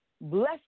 Bless